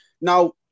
Now